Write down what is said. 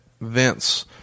Vince